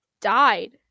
died